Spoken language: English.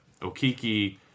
Okiki